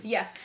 Yes